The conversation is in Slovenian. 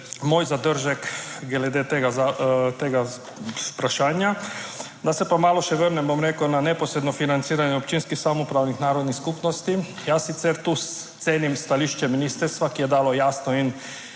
moj zadržek glede tega vprašanja. Da se pa malo še vrnem, bom rekel, na neposredno financiranje občinskih samoupravnih narodnih skupnosti. Jaz sicer tu cenim stališče ministrstva, ki je dalo jasno in